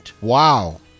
Wow